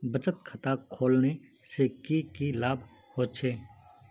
बचत खाता खोलने से की की लाभ होचे?